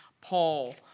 Paul